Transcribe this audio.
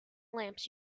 lamps